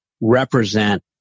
represent